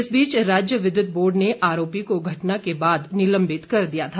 इस बीच राज्य विद्युत बोर्ड ने आरोपी को घटना के बाद निलंबित कर दिया था